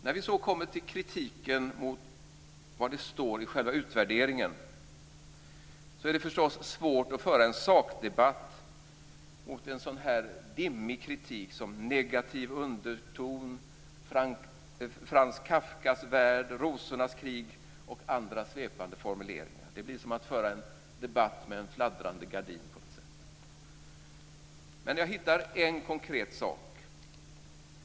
När vi sedan kommer till kritiken mot vad det står i själva utvärderingen är det förstås svårt att föra en sakdebatt mot en så dimmig kritik som "negativ underton", "Frans Kafkas värld", "Rosornas krig" och andra svepande formuleringar. Det blir som att föra en debatt med en fladdrande gardin. Men jag hittar en konkret sak.